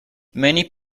many